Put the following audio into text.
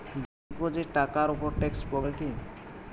Deposit টাকার উপর tax পড়ে কি?